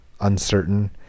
uncertain